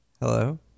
Hello